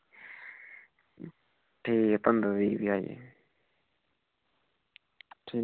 ठीक पंदरां बीह् दी आई